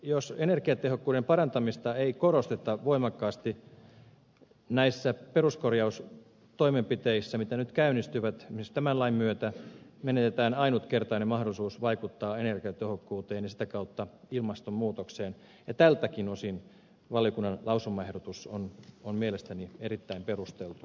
jos energiatehokkuuden parantamista ei korosteta voimakkaasti näissä peruskorjaustoimenpiteissä mitkä nyt käynnistyvät esimerkiksi tämän lain myötä menetetään ainutkertainen mahdollisuus vaikuttaa energiatehokkuuteen ja sitä kautta ilmastonmuutokseen ja tältäkin osin valiokunnan lausumaehdotus on mielestäni erittäin perusteltu